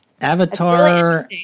Avatar